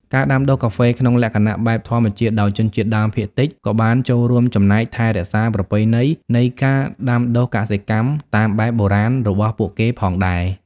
ការដាំដុះកាហ្វេក្នុងលក្ខណៈបែបធម្មជាតិដោយជនជាតិដើមភាគតិច ក៏បានចូលរួមចំណែក ថែរក្សាប្រពៃណី នៃការដាំដុះកសិកម្មតាមបែបបុរាណរបស់ពួកគេផងដែរ។